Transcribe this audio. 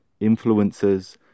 influencers